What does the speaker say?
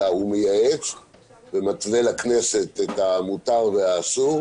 אלא הוא מייעץ ומתווה לכנסת את המותר והאסור,